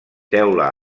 teula